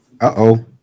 Uh-oh